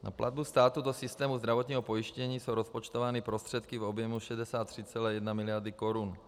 Na platbu státu do systému zdravotního pojištění jsou rozpočtovány prostředky v objemu 63,1 mld. korun.